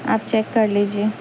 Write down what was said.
آپ چیک کر لیجیے